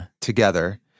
together